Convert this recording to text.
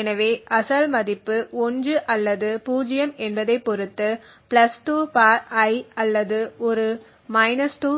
எனவே அசல் மதிப்பு 1 அல்லது 0 என்பதைப் பொறுத்து 2 I அல்லது ஒரு 2